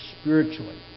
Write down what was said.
spiritually